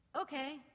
Okay